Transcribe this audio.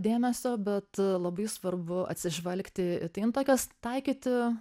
dėmesio bet labai svarbu atsižvelgti į tai nu tokias taikyti